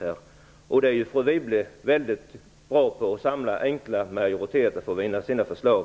Fru Wibble är mycket bra på att samla enkla majoriteter för att få igenom sina förslag.